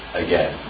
again